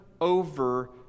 over